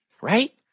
Right